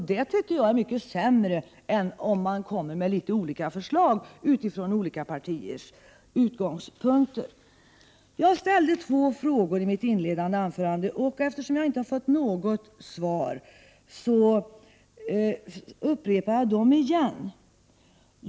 Det är mycket sämre än att de olika partierna kommer med något skilda förslag utifrån våra olika utgångspunkter. Jag ställde två frågor i mitt inledningsanförande, och eftersom jag inte har fått något svar ställer jag dem igen.